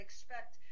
expect